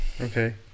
okay